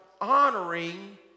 honoring